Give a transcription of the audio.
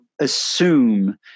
assume